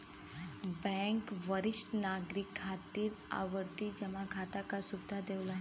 bank वरिष्ठ नागरिक खातिर आवर्ती जमा खाता क सुविधा देवला